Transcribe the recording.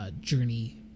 journey